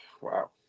wow